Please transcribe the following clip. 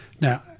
Now